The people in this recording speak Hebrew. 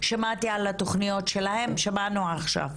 שמעתי על התוכניות שלהם ושמענו עכשיו.